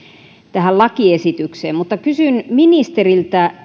tähän lakiesitykseen mutta kysyn ministeriltä